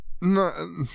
No